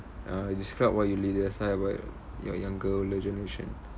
uh describe what you l~ dislike about your younger lege~ ~ration